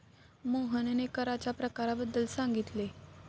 मोहनने कराच्या प्रकारांबद्दल सांगितले